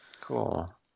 Cool